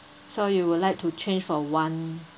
so you would like to change for one